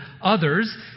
others